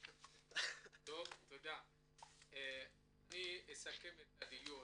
אני אסכם את הדיון.